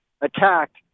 attacked